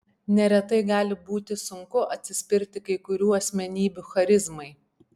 neretai gali būti sunku atsispirti kai kurių asmenybių charizmai